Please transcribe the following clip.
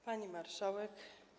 Pani Marszałek!